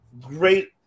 great